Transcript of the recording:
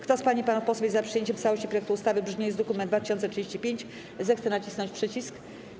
Kto z pań i panów posłów jest za przyjęciem w całości projektu ustawy w brzmieniu z druku nr 2035, zechce nacisnąć przycisk.